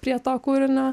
prie to kūrinio